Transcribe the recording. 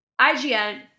ign